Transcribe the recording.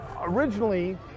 Originally